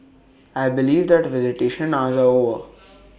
I believe that visitation hours are over